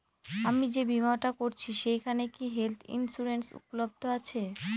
আমি যে বীমাটা করছি সেইখানে কি হেল্থ ইন্সুরেন্স উপলব্ধ আছে?